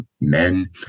men